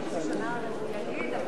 סיעת חד"ש לסעיף 1 לא נתקבלה.